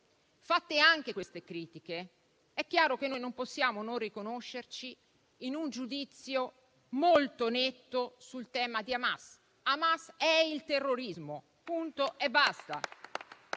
Fatte anche queste critiche, però, è chiaro che non possiamo non riconoscerci in un giudizio molto netto sul tema di Hamas. Hamas è il terrorismo, punto e basta.